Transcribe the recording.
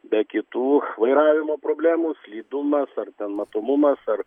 be kitų vairavimo problemų slidumas ar ten matomumas ar